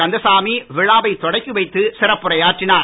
கந்தசாமி விழாவைத் தொடக்கி வைத்து சிறப்புரையாற்றினார்